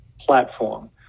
platform